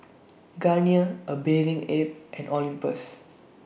Garnier A Bathing Ape and Olympus